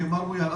מר מויאל,